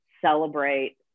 celebrate